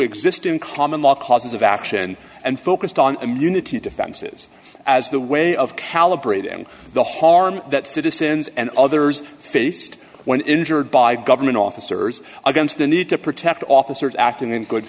existing common law causes of action and focused on community defenses as the way of calibrating the harm that citizens and others faced when injured by government officers against the need to protect officers acting in good